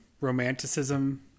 romanticism